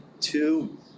two